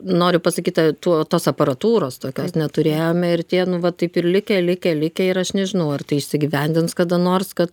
noriu pasakyti tų tos aparatūros tokios neturėjome ir tie nu va taip ir likę likę likę ir aš nežinau ar tai išsigyvendins kada nors kad